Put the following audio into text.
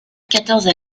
quatorze